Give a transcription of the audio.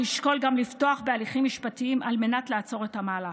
נשקול גם לפתוח בהליכים משפטיים על מנת לעצור את המהלך'.